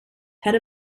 head